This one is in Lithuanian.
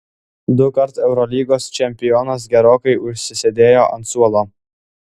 dukart eurolygos čempionas gerokai užsisėdėjo ant suolo